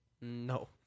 No